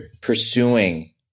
pursuing